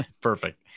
Perfect